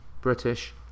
British